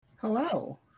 Hello